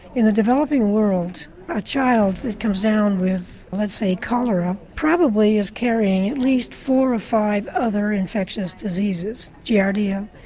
in the developing world a child that comes down with let's say cholera probably is carrying at least four or five other infectious disease, giardia,